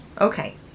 Okay